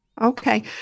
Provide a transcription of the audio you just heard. Okay